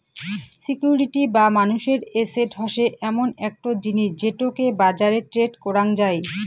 security বা মানুষের asset হসে এমন একটো জিনিস যেটোকে বাজারে ট্রেড করাং যাই